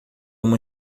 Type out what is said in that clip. uma